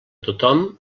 tothom